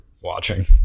watching